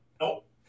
Nope